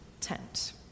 tent